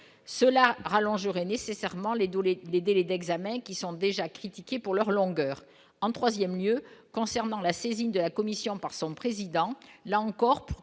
cela rallonge aurait nécessairement les doubler les délais d'examen qui sont déjà critiqués pour leur longueur en 3ème lieu concernant la saisine de la commission par son président, là encore